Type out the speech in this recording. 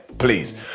please